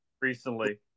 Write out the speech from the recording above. recently